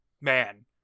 man